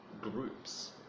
groups